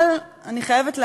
אבל, אני חייבת להגיד,